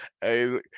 Hey